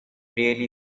really